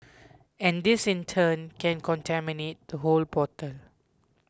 and this in turn can contaminate the whole bottle